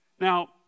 Now